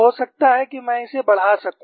हो सकता है कि मैं इसे बढ़ा सकूं